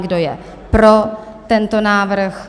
Kdo je pro tento návrh?